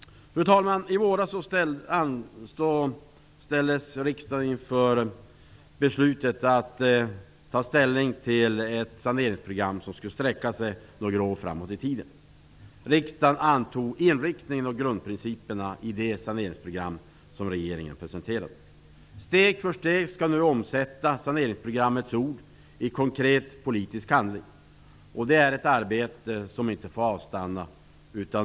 Fru talman! I våras tog riksdagen ställning till ett saneringsprogram som skulle sträcka sig några år framåt i tiden. Riksdagen antog inriktningen och grundprinciperna i regeringens saneringsprogram. Steg för steg skall vi nu omsätta saneringsprogrammets ord i konkret politisk handling. Det är ett arbete som inte får avstanna.